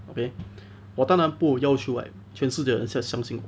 then 我当然不要求 like 全世界的人相相信